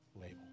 label